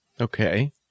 Okay